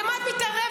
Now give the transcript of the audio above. למה את מתערבת?